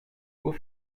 aux